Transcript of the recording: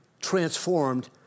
transformed